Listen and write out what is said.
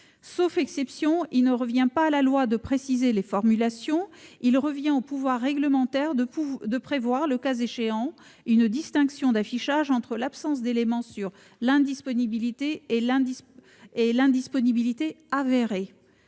Sauf exception, il ne revient pas à la loi de préciser les formulations ; c'est au pouvoir réglementaire de prévoir, le cas échéant, une distinction d'affichage entre l'absence d'éléments sur l'indisponibilité et l'indisponibilité avérée.